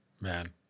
man